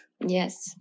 Yes